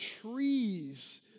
trees